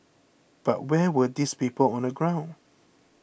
but where were these people on the ground